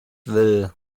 will